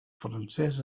francès